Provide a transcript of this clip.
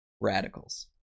radicals